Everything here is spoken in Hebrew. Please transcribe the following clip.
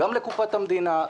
גם לקופת המדינה,